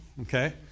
Okay